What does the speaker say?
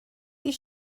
wyt